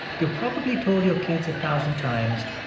you've probably told your kids a thousand times,